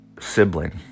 sibling